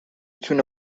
تونه